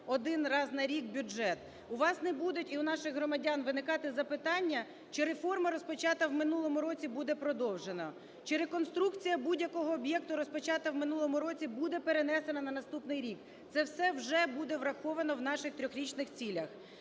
один раз на рік бюджет, у вас не будуть і в наших громадян виникати запитання, чи реформа, розпочата в минулому році, буде продовжена, чи реконструкція будь-якого об'єкту, розпочата в минулому році, буде перенесена на наступний рік. Це вже буде враховано в наших трьохрічних цілях.